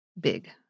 big